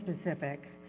specific